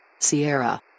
Sierra